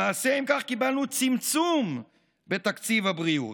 למעשה, אם כך, קיבלנו צמצום בתקציב הבריאות.